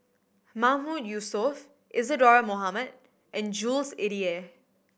Mahmood Yusof Isadhora Mohamed and Jules Itier